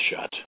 shut